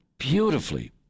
beautifully